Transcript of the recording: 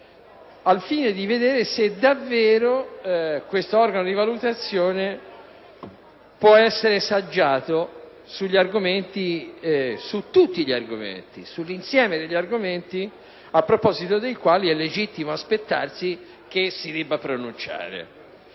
al fine di vedere se davvero quest'organo di valutazione può essere saggiato sull'insieme degli argomenti a proposito dei quali è legittimo aspettarsi che si debba pronunciare.